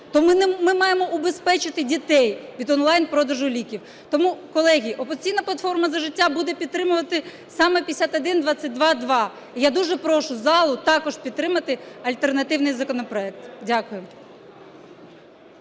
то ми маємо убезпечити дітей від онлайн-продажу ліків. Тому, колеги, "Опозиційна платформа – За життя" буде підтримувати саме 5122-2. І я дуже прошу залу також підтримати альтернативний законопроект. Дякую.